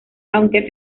aunque